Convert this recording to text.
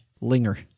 Linger